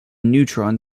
neutron